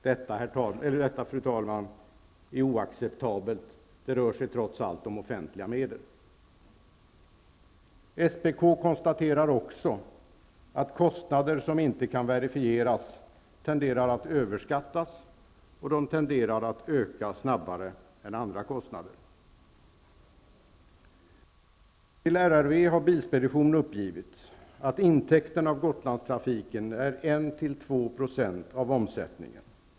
Detta, fru talman, är oacceptabelt. Det rör sig trots allt om offentliga medel. SPK konstaterar också att kostnader som inte kan verifieras tenderar att överskattas och att öka snabbare än andra kostnader. Till RRV har Bilspedition uppgivit att intäkterna av Gotlandstrafiken är 1--2 % av omsättningen.